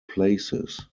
places